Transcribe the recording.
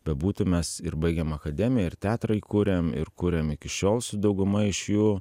bebūtų mes ir baigėm akademiją ir teatrą įkūrėm ir kuriam iki šiol su dauguma iš jų